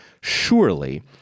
Surely